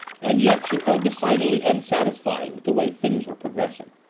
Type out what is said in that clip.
and yet she felt decidedly unsatisfied with the way things were progressing.